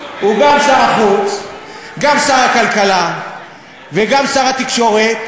הוא גם שר החוץ, גם שר הכלכלה וגם שר התקשורת.